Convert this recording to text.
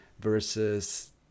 versus